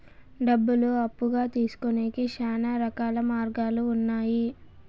డబ్బులు అప్పుగా తీసుకొనేకి శ్యానా రకాల మార్గాలు ఉన్నాయి